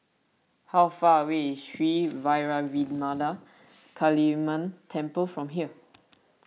how far away is Sri Vairavimada Kaliamman Temple from here